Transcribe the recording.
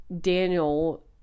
daniel